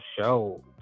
show